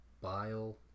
bile